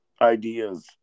ideas